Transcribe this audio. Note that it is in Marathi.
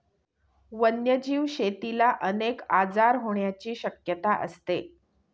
वन्यजीव शेतीला अनेक आजार होण्याची शक्यता असते